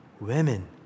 women